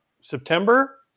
September